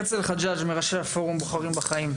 הרצל חג'אג' מראשי הפורום "בוחרים בחיים".